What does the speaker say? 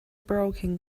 broken